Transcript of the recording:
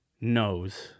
knows